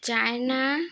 China